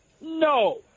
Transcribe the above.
No